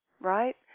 Right